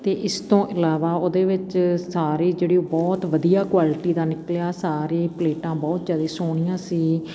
ਅਤੇ ਇਸ ਤੋਂ ਇਲਾਵਾ ਉਹਦੇ ਵਿੱਚ ਸਾਰੇ ਜਿਹੜੇ ਬਹੁਤ ਵਧੀਆ ਕੋਆਲਟੀ ਦਾ ਨਿਕਲਿਆ ਸਾਰੇ ਪਲੇਟਾਂ ਬਹੁਤ ਜ਼ਿਆਦਾ ਸੋਹਣੀਆਂ ਸੀ